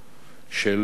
של אשטון,